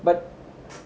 but